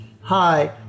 Hi